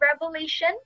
Revelation